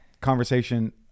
conversation